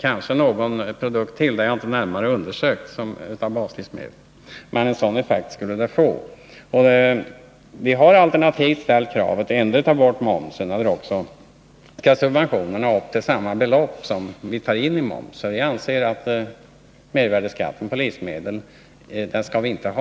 kanske Onsdagen den gäller för ytterligare någon produkt bland baslivsmedlen, men det har jag 10 december 1980 inte närmare undersökt. Vi har ställt kravet att man antingen tar bort momsen eller ökar Besparingar i subventionerna, så att de motsvaras av samma belopp som vi tar in via statsverksamheten, momsen. Vi anser att vi inte skall ha mervärdeskatt på livsmedel. m.m.